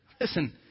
listen